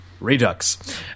Redux